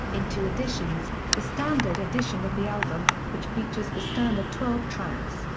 in two editions the standard edition of the album, which features the standard twelve tracks,